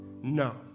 No